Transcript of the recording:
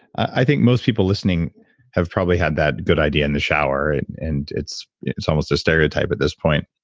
i think most people listening have probably had that good idea in the shower and it's it's almost a stereotype at this point.